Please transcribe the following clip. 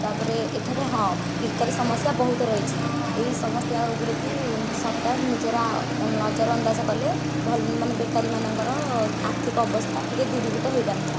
ତା'ପରେ ଏଠାରେ ହଁ ବେକାରୀ ସମସ୍ୟା ବହୁତ ରହିଛି ଏହି ସମସ୍ୟା ଗୁଡ଼ିକୁ ସରକାର ନିଜର ନଜରଅନ୍ଦାଜ କଲେ ମାନେ ବେକାରୀ ମାନଙ୍କର ଆର୍ଥିକ ଅବସ୍ଥା ଟିକିଏ ଦୂରୀଭୁତ ହୋଇପାରନ୍ତା